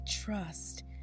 trust